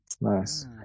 Nice